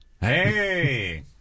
Hey